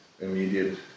immediate